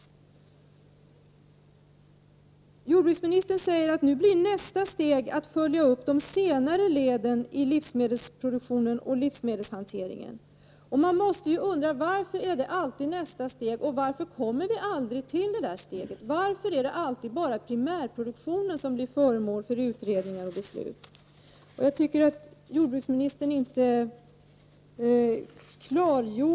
Jordbruksministern säger att nästa steg nu blir att följa upp de senare leden i livsmedelsproduktionen och livsmedelshanteringen. Man måste då fråga: Varför rör det sig alltid om nästa steg, och varför kommer ni aldrig till det steget? Varför är det alltid bara primärproduktionen som blir föremål för utredningar och beslut?